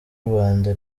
rwanda